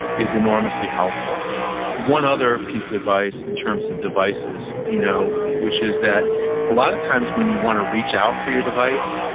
is enormously helpful one other piece of advice in terms of devices you know which is that a lot of times when you want to reach out for your device,